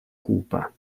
cupa